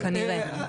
כנראה.